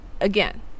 Again